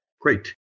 Great